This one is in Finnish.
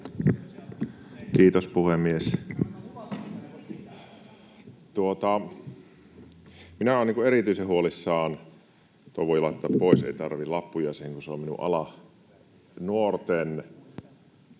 Kiitos, puhemies! Minä olen erityisen huolissani — tuon voi laittaa pois, en tarvitse lappuja siihen, kun se on minun alani — nuorten